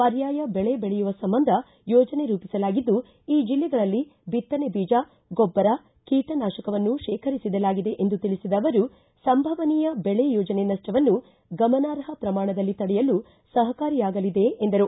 ಪರ್ಯಾಯ ಬೆಳೆ ಬೆಳೆಯುವ ಸಂಬಂಧ ಯೋಜನೆ ರೂಪಿಸಲಾಗಿದ್ದು ಈ ಜಿಲ್ಲೆಗಳಲ್ಲಿ ಬಿತ್ತನೆ ಬೀಜ ಗೊಬ್ಬರ ಕೀಟನಾಶಕವನ್ನು ಶೇಖರಿಸಿಡಲಾಗಿದೆ ಎಂದು ತಿಳಿಸಿದ ಅವರು ಸಂಭವನೀಯ ಬೆಳೆ ಯೋಜನೆ ನಷ್ಟವನ್ನು ಗಮನಾರ್ಹ ಪ್ರಮಾಣದಲ್ಲಿ ತಡೆಯಲು ಸಹಕಾರಿಯಾಗಲಿದೆ ಎಂದರು